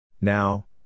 Now